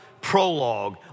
prologue